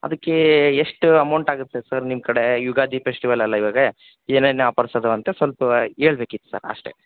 ಅದಕ್ಕೆ ಎಷ್ಟು ಅಮೌಂಟ್ ಆಗುತ್ತೆ ಸರ್ ನಿಮ್ಮ ಕಡೆ ಯುಗಾದಿ ಪೆಸ್ಟಿವಲ್ ಅಲ್ಲ ಇವಾಗ ಏನೇನು ಆಪರ್ಸ್ ಇದಾವ್ ಅಂತ ಸ್ವಲ್ಪ ಹೇಳ್ಬೇಕಿತ್ ಸರ್ ಅಷ್ಟೆ